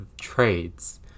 trades